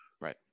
right